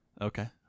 Okay